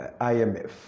imf